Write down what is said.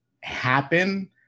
happen